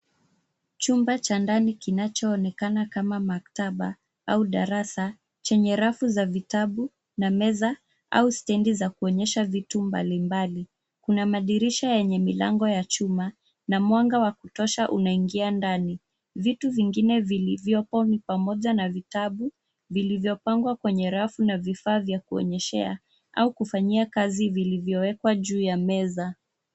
Chumba cha ndani kinachoonekana kama maktaba au darasa chenye rafu za vitabu na meza au stendi za kuonyesha vitu mbalimbali. Kuna madirisha yenye milango ya chuma na mwanga wa kutosha unaingia ndani. Vitu vingine vilivyoko ni pamoja na vitabu vilivyopangwa kwenye rafu na vifaa vya kuonyeshea au kufanyia kazi vilivyowekwa juu ya meza.